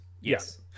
Yes